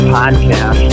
podcast